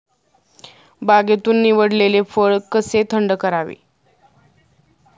बागेतून निवडलेले फळ कसे थंड करावे?